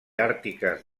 àrtiques